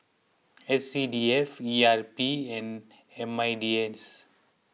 S C D F E R P and M I D S